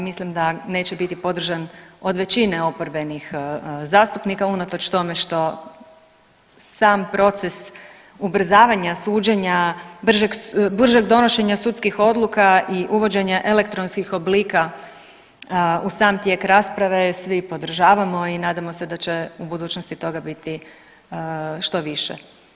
Mislim da neće biti podržan od većine oporbenih zastupnika unatoč tome što sam proces ubrzavanja suđenja, bržeg donošenja sudskih odluka i uvođenje elektronskih oblika u sam tijek rasprave svi podržavamo i nadamo se da će u budućnosti toga biti što više.